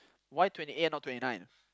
why twenty eight and not twenty nine